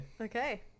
Okay